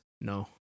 No